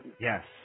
Yes